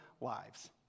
lives